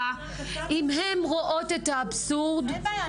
אם הן רואות את האבסורד --- אין בעיה,